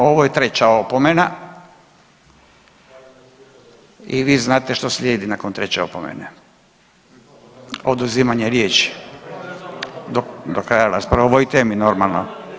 Ovo je treća opomena i vi znate što slijedi nakon treće opomene, oduzimanje riječi do kraja rasprave o ovoj temi normalno.